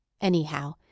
Anyhow